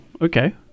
okay